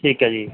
ਠੀਕ ਹੈ ਜੀ